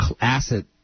asset